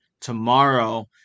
tomorrow